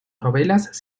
novelas